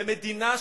למדינה,